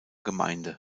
gemeinde